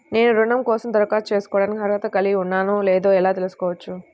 నేను రుణం కోసం దరఖాస్తు చేసుకోవడానికి అర్హత కలిగి ఉన్నానో లేదో ఎలా తెలుసుకోవచ్చు?